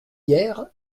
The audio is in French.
hier